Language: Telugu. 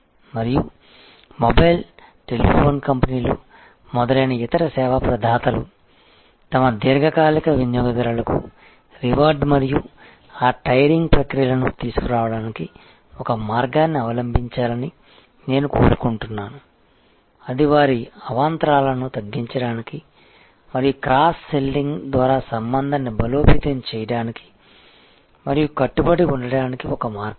మరియు మొబైల్ టెలిఫోనీ కంపెనీలు మొదలైన ఇతర సేవా ప్రదాతలు తమ దీర్ఘకాలిక వినియోగదారులకు రివార్డ్ మరియు ఆ టైరింగ్ ప్రక్రియలను తీసుకురావడానికి ఒక మార్గాన్ని అవలంబించాలని నేను కోరుకుంటున్నాను అది వారి అవాంతరాలను తగ్గించడానికి మరియు క్రాస్ సెల్లింగ్ ద్వారా సంబంధాన్ని బలోపేతం చేయడానికి మరియు కట్టుబడి ఉండడానికి ఒక మార్గం